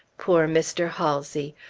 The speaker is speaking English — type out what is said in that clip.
poor mr. halsey!